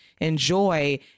enjoy